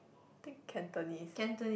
think Cantonese eh